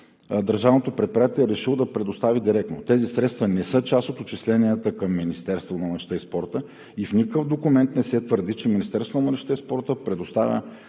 Държавното предприятие е решило да предостави директно. Тези средства не са част от отчисленията към Министерството на младежта и спорта и в никакъв документ не се твърди, че Министерството на младежта и спорта предоставя